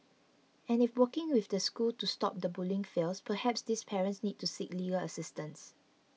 and if working with the school to stop the bullying fails perhaps these parents need to seek legal assistance